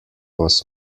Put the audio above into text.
was